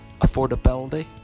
affordability